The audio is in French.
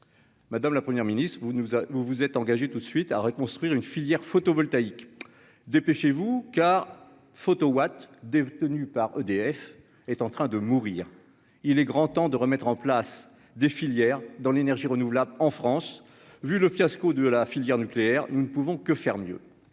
Madame la première ministre, vous nous avez vous vous êtes engagé tout de suite à reconstruire une filière photovoltaïque dépêchez-vous car Photowatt détenues par EDF est en train de mourir, il est grand temps de remettre en place des filières dans l'énergie renouvelable en France, vu le fiasco de la filière nucléaire, nous ne pouvons que faire mieux.